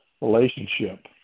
relationship